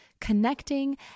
connecting